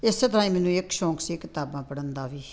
ਇਸੇ ਤਰ੍ਹਾਂ ਹੀ ਮੈਨੂੰ ਇੱਕ ਸ਼ੌਂਕ ਸੀ ਕਿਤਾਬਾਂ ਪੜ੍ਹਨ ਦਾ ਵੀ